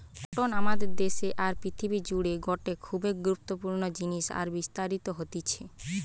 cotton আমাদের দেশে আর পৃথিবী জুড়ে গটে খুবই গুরুত্বপূর্ণ জিনিস আর বিস্তারিত হতিছে